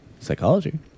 psychology